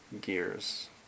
gears